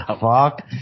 Fuck